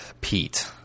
Pete